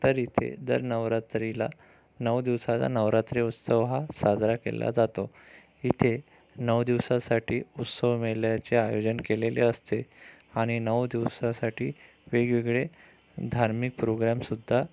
तर इथे दर नवरात्रीला नऊ दिवसाचा नवरात्री उत्सव हा साजरा केला जातो इथे नऊ दिवसासाठी उत्सव मेळ्याचे आयोजन केलेले असते आणि नऊ दिवसासाठी वेगवेगळे धार्मिक प्रोग्रामसुध्दा